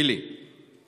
אני